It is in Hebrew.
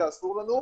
זה אסור לנו,